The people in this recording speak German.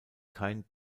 kein